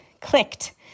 clicked